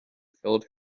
filled